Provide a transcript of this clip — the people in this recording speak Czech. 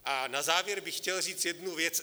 A na závěr bych chtěl říct jednu věc.